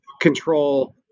control